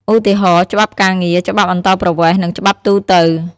ឧទាហរណ៍ ច្បាប់ការងារ ច្បាប់អន្តោប្រវេសន៍ និងច្បាប់ទូទៅ។